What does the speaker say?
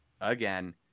again